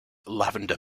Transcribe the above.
lavender